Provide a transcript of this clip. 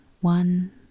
one